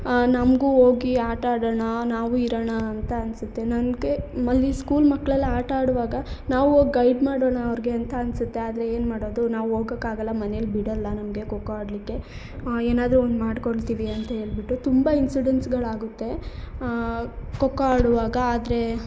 ನಮಗೂ ಹೋಗಿ ಆಟ ಆಡೋಣ ನಾವೂ ಇರೋಣ ಅಂತ ಅನ್ಸುತ್ತೆ ನನಗೆ ಈ ಸ್ಕೂಲ್ ಮಕ್ಕಳೆಲ್ಲ ಆಟ ಆಡುವಾಗ ನಾವು ಹೋಗ್ ಗೈಡ್ ಮಾಡೋಣ ಅವ್ರಿಗೆ ಅಂತ ಅನ್ಸುತ್ತೆ ಆದರೆ ಏನ್ಮಾಡೋದು ನಾವು ಹೋಗೋಕಾಗಲ್ಲ ಮನೆಲಿ ಬಿಡಲ್ಲ ನಮಗೆ ಖೋಖೋ ಆಡಲಿಕ್ಕೆ ಏನಾದರೂ ಒಂದು ಮಾಡಿಕೊಳ್ತೀವಿ ಅಂತ ಹೇಳ್ಬಿಟ್ಟು ತುಂಬ ಇನ್ಸಿಡೆನ್ಸ್ಗಳಾಗುತ್ತೆ ಖೋಖೋ ಆಡುವಾಗ ಆದರೆ